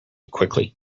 quickly